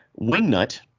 Wingnut